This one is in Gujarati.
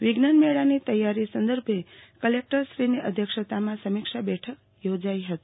વિજ્ઞાન મેળાની તૈયારી સંદર્ભે કલેકટરશ્રીની અધ્યક્ષતામાં સમીક્ષા બેઠક યોજાઈ હતી